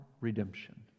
redemption